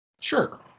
Sure